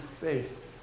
faith